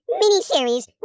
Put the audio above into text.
miniseries